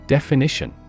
Definition